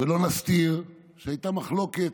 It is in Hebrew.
ולא נסתיר שהייתה מחלוקת,